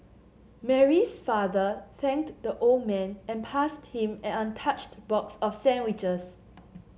Mary's father thanked the old man and passed him an untouched box of sandwiches